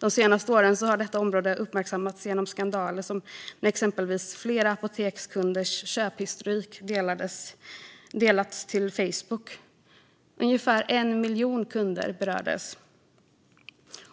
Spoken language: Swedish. De senaste åren har detta område uppmärksammats genom skandaler, exempelvis den när flera apotekskunders köphistorik delades till Facebook. Ungefär 1 miljon kunder berördes av